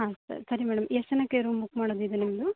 ಹಾಂ ಸರಿ ಮೇಡಮ್ ಎಷ್ಟು ಜನಕ್ಕೆ ರೂಮ್ ಬುಕ್ ಮಾಡೋದಿದೆ ನಿಮ್ಮದು